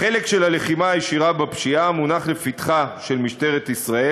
החלק של הלחימה הישירה בפשיעה מונח לפתחה של משטרת ישראל.